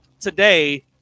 today